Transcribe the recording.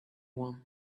one